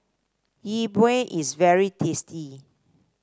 Yi Bua is very tasty